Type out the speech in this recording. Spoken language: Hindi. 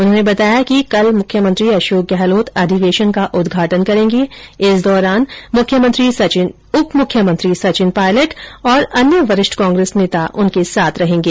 उन्होंने बताया कि कल मुख्यमंत्री अशोक गहलोत अधिवेशन का उद्घाटन करेंगे इस दौरान उपमुख्यमंत्री सचिन पायलट और अन्य वरिष्ठ कांग्रेस नेता उनके साथ रहेंगे